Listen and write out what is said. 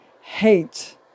hate